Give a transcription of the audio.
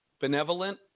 benevolent